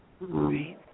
Right